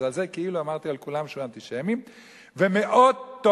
אז על זה כאילו אמרתי על כולם שהם אנטישמים.